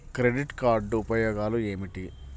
Credit card ఉపయోగాలు ఏమిటి?